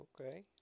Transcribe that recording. Okay